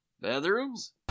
bathrooms